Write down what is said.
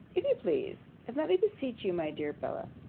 if you please. and let me beseech you, my dear bella,